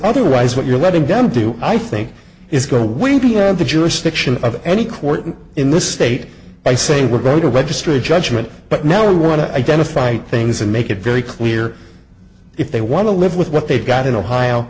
otherwise what you're letting them do i think is going to win the jurisdiction of any court in this state by saying we're going to registry judgment but now we want to identify things and make it very clear if they want to live with what they've got in ohio